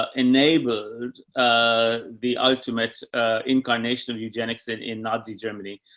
ah enabled, ah, the ultimate, ah, incarnation of eugenics that in nazi germany,